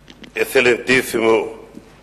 הפורטוגזית, להלן תרגומם הסימולטני לעברית)